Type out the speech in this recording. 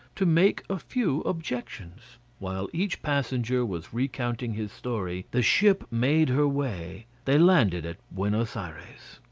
to make a few objections. while each passenger was recounting his story, the ship made her way. they landed at buenos ayres.